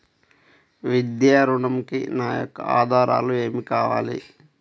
విద్యా ఋణంకి నా యొక్క ఆధారాలు ఏమి కావాలి?